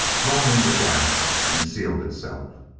drawn in the gas and sealed itself.